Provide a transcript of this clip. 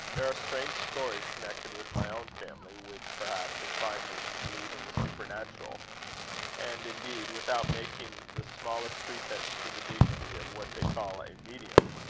there are strange stories connected with my own family, which, perhaps, incline me to believe in the supernatural and, indeed, without making the smallest pretence to the dignity of what they call a medium,